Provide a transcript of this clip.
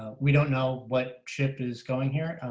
ah we don't know what ship is going here.